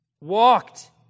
walked